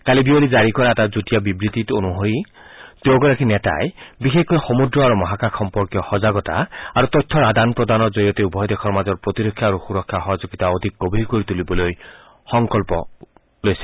কালি বিয়লি জাৰি কৰা এটা যুটীয়া বিবৃতি অনুসৰি দুয়োগৰাকী নেতাই বিশেষকৈ সমূদ্ৰ আৰু মহাকাশ সম্পৰ্কীয় সজাগতা আৰু তথ্যৰ আদান প্ৰদানৰ জৰিয়তে উভয় দেশৰ মাজৰ প্ৰতিৰক্ষা আৰু সুৰক্ষা সহযোগিতা অধিক গভীৰ কৰি তূলিবলৈ সংকল্প লৈছে